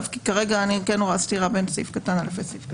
כי כרגע אני כן רואה סתירה בין סעיף קטן (א) לסעיף קטן (ג).